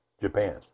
Japan